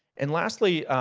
and lastly,